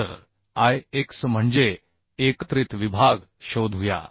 तर I x म्हणजे एकत्रित विभाग शोधूया